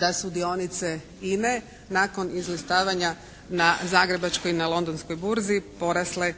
da su dionice INA-e nakon izlistavanja na zagrebačkoj i na Londonskoj burzi porasle